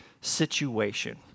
situation